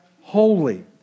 holy